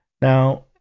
Now